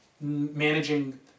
managing